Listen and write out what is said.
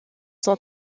son